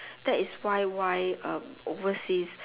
that is why why um overseas